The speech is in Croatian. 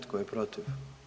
Tko je protiv?